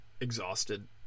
exhausted